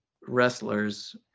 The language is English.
wrestlers